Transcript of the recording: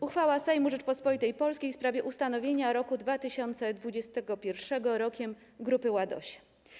Uchwała Sejmu Rzeczypospolitej Polskiej w sprawie ustanowienia roku 2021 Rokiem Grupy Ładosia.